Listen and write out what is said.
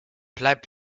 bleib